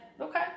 okay